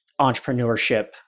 entrepreneurship